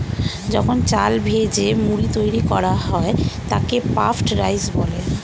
যখন চাল ভেজে মুড়ি তৈরি করা হয় তাকে পাফড রাইস বলে